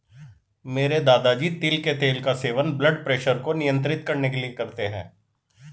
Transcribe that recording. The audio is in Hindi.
मेरे दादाजी तिल के तेल का सेवन ब्लड प्रेशर को नियंत्रित करने के लिए करते हैं